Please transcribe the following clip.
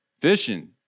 Fishing